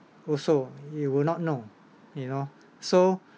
also you will not know you know so